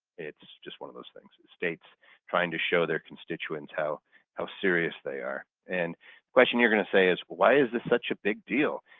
it's just one of those things. states trying to show their constituents how how serious they are and question you're going to say, is why is this such a big deal?